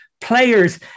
players